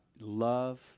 Love